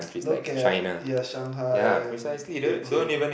look at yeah Shanghai and Beijing